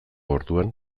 orduan